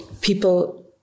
people